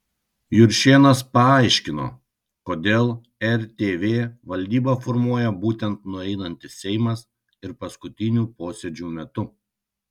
juršėnas paaiškino kodėl rtv valdybą formuoja būtent nueinantis seimas ir paskutinių posėdžių metu